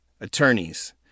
attorneys